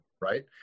right